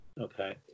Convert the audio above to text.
Okay